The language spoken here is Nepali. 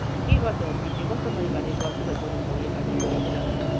अब के गर्छौ तिमीले कस्तो प्रकारले गर्छु भन्ने सोचेको छौ अब योपालि अन्त एक्जाम अब